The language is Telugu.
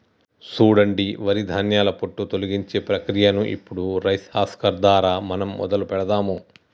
సూడండి వరి ధాన్యాల పొట్టు తొలగించే ప్రక్రియను ఇప్పుడు రైస్ హస్కర్ దారా మనం మొదలు పెడదాము